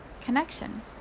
connection